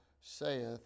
saith